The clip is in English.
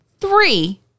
three